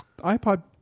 iPod